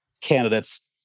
candidates